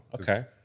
okay